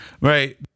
right